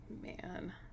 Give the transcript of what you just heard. Man